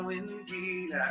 indeed